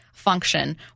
function